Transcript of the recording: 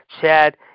Chad